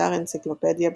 באתר אנציקלופדיה בריטניקה